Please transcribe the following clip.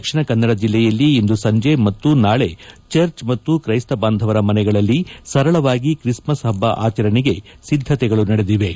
ದಕ್ಷಿಣ ಕನ್ನಡ ಜಿಲ್ಲೆಯಲ್ಲಿ ಇಂದು ಸಂಜೆ ಮತ್ತು ನಾಳೆ ಚರ್ಚ್ ಮತ್ತು ತ್ರೈಸ್ತಬಾಂಧವರ ಮನೆಗಳಲ್ಲಿ ಸರಳವಾಗಿ ಕ್ರಿಸ್ಮಸ್ ಹಬ್ಬ ಆಚರಣೆಗೆ ಸಿದ್ಧತೆಗಳು ನಡೆದಿವೆ